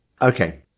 Okay